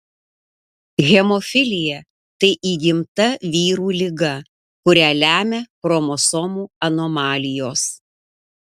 hemofilija tai įgimta vyrų liga kurią lemia chromosomų anomalijos